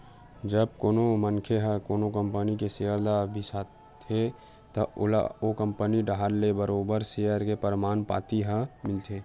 जब कोनो मनखे ह कोनो कंपनी के सेयर ल बिसाथे त ओला ओ कंपनी डाहर ले बरोबर सेयर के परमान पाती ह मिलथे